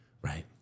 Right